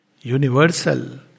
Universal